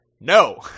no